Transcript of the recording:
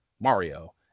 Mario